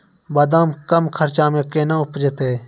बादाम कम खर्च मे कैना उपजते?